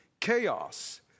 chaos